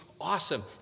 awesome